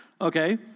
Okay